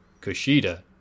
Kushida